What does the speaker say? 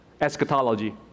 eschatology